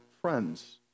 friends